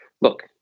look